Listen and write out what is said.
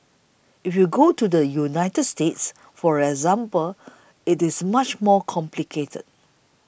if you go to the United States for example it is much more complicated